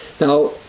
Now